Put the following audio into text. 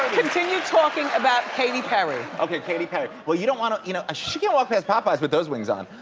continue talking about katy perry. okay katy perry well you don't want to you know ah she can't walk past popeyes with those wings on